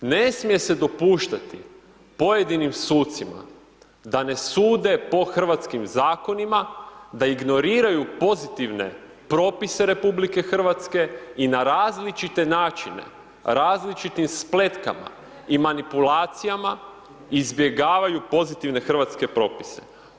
Ne smije se dopuštati pojedinim sucima da ne sude po hrvatskim Zakonima, da ignoriraju pozitivne Propise RH i na različite načine, različitim spletkama i manipulacijama, izbjegavaju pozitivne hrvatske Propise.